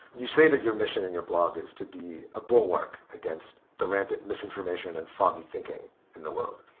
you say that your mission in your blog is to be a bulwark against the rampant misinformation and foggy thinking in the world.